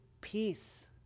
peace